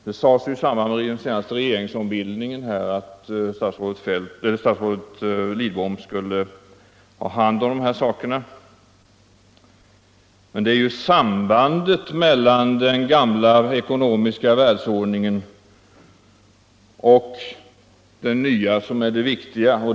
Det sades i samband med den senaste regeringsombildningen att statsrådet Lidbom skulle ha hand om dessa frågor, men det är ju sambandet mellan den gamla ekonomiska världsordningen och den nya som är det viktiga.